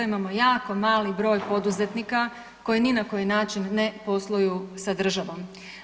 Imamo jako mali broj poduzetnika koji ni na koji način ne posluju sa državom.